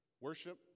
worship